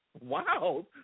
wow